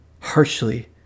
harshly